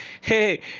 Hey